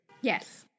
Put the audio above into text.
Yes